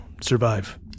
survive